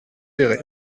péray